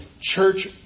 church